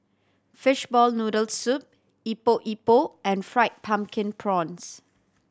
fishball noodle soup Epok Epok and Fried Pumpkin Prawns